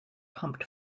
pumped